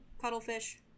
cuttlefish